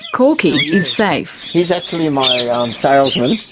corky, is safe. he's actually my um salesman.